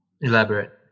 Elaborate